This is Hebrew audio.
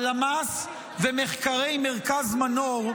הלמ"ס ומחקרי מרכז מנור,